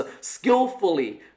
skillfully